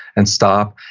and stop,